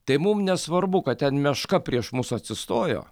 tai mum nesvarbu kad ten meška prieš mus atsistojo